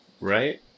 Right